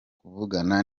kuvugana